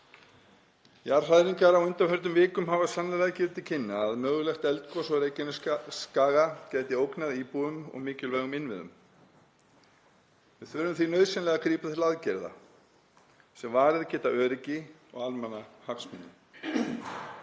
Jarðhræringar á undanförnum vikum hafa sannarlega gefið til kynna að mögulegt eldgos á Reykjanesskaga geti ógnað íbúum og mikilvægum innviðum. Við þurfum því nauðsynlega að grípa til aðgerða sem varið geta öryggi og almannahagsmuni.